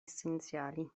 essenziali